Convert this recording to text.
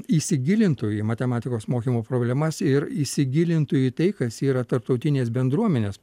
įsigilintų į matematikos mokymo problemas ir įsigilintų į tai kas yra tarptautinės bendruomenės